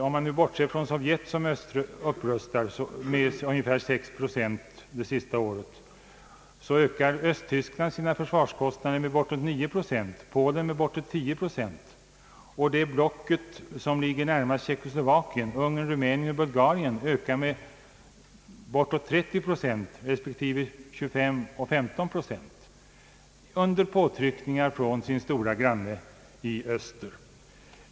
Om man bortser från Sovjetunionen, som det senaste året ganska mycket höjt sina försvarskostnader, så ökar Östtyskland sina försvarsutgifter med bortåt 9 procent, Polen med omkring 10 procent och blocket närmast Tjeckoslovakien, dvs. Ungern, Rumänien och Bulgarien, med 30, 25 respektive 15 procent, Detta sker under påtryckningar från dessa länders stora granne i öster.